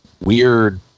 weird